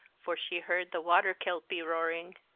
for she heard the water-kelpy roaring.